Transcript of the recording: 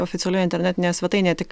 oficialioje internetinėje svetainėje tik